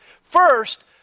First